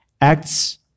Acts